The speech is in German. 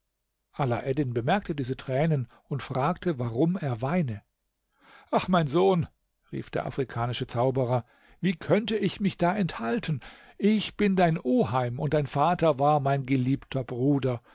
bemerkte diese tränen und fragte warum er weine ach mein sohn rief der afrikanische zauberer wie könnte ich mich da enthalten ich bin dein oheim und dein vater war mein geliebter bruder